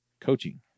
coaching